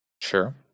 Sure